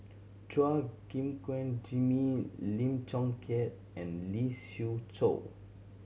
Chua Gim Guan Jimmy Lim Chong Keat and Lee Siew Choh